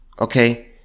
okay